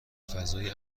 فضای